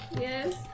Yes